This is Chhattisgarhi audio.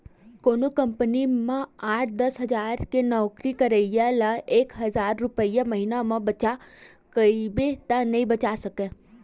कोनो कंपनी म आठ, दस हजार के नउकरी करइया ल एक हजार रूपिया महिना म बचा कहिबे त नइ बचा सकय